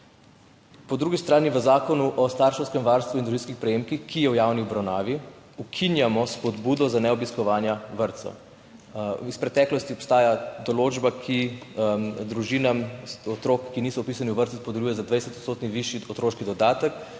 Po drugi strani v zakonu o starševskem varstvu in družinskih prejemkih, ki je v javni obravnavi, ukinjamo spodbudo za neobiskovanje vrtcev. Iz preteklosti obstaja določba, ki družinam otrok, ki niso vpisani v vrtec, podeljuje za 20 % višji otroški dodatek.